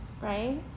right